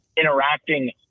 interacting